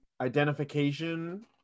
identification